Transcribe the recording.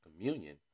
communion